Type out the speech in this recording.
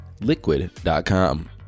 liquid.com